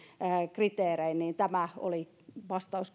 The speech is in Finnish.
kriteerein tämä oli vastaus